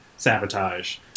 Sabotage